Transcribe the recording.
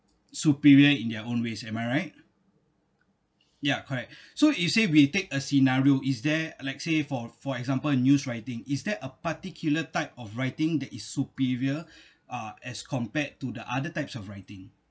superior in their own ways am I right ya correct so you say we take a scenario is there let say for for example news writing is there a particular type of writing that is superior uh as compared to the other types of writing